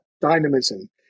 dynamism